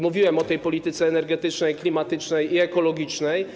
Mówiłem o polityce energetycznej, klimatycznej i ekologicznej.